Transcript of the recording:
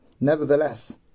Nevertheless